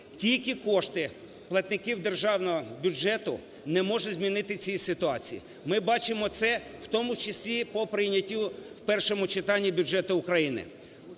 Тільки кошти платників державного бюджету не може змінити цієї ситуації. Ми бачимо це, в тому числі по прийняттю в першому читанні бюджету України.